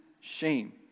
shame